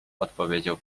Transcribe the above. odpowiedział